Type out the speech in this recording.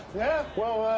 yeah, well,